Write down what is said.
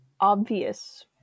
obvious